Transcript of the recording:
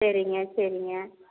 சரிங்க சரிங்க